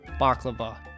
baklava